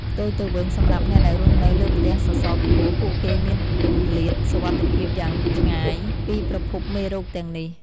ផ្ទុយទៅវិញ សម្រាប់អ្នកដែលរស់នៅលើផ្ទះសសរខ្ពស់ ពួកគេមានគម្លាតសុវត្ថិភាពយ៉ាងឆ្ងាយពីប្រភពមេរោគទាំងនេះ។